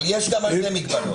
אבל יש גם על זה מגבלות.